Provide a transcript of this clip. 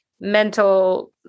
mental